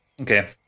okay